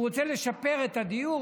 הוא רוצה לשפר את הדיור.